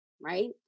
right